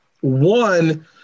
One